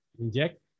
inject